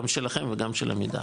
גם שלכם וגם של עמידר,